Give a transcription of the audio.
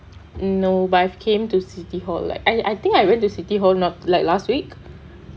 mm no but I came to city hall like I I think I went to city hall not like last week